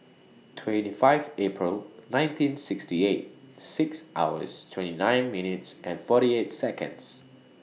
twenty five April nineteen sixty eight six hours twenty nine minutes and forty eight Seconds